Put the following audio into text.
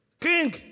King